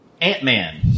Ant-Man